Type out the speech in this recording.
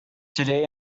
today